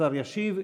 השר ישיב.